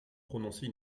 prononcer